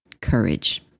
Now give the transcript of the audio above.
courage